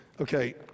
okay